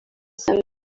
some